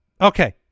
Okay